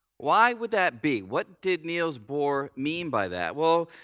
why would that be? what did niels bohr mean by that? well,